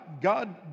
God